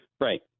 right